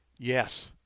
yes.